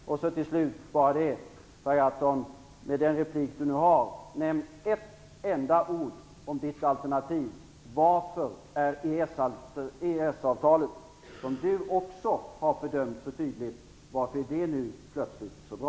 Till slut vill jag be Per Gahrton att i den replik som han har kvar nämna bara ett enda ord om sitt alternativ. Varför är EES-avtalet, som också han så tydligt har fördömt, nu plötsligt så bra?